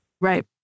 Right